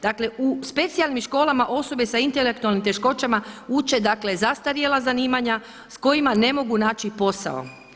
Dakle u specijalnim školama osobe s intelektualnim teškoćama uče zastarjela zanimanja s kojima ne mogu naći posao.